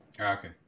Okay